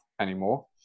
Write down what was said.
anymore